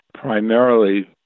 primarily